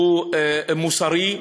שהוא מוסרי,